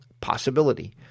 Possibility